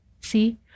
See